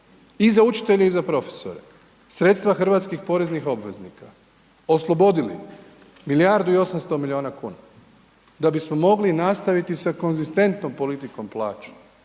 I za učitelje i za profesore. Sredstva hrvatskih poreznih obveznika oslobodili milijardu i 800 milijuna kuna da bismo mogli nastaviti sa konzistentnom politikom plaća.